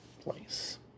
place